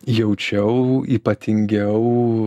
jaučiau ypatingiau